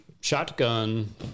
shotgun